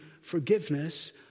forgiveness